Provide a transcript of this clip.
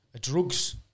drugs